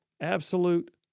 absolute